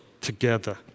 together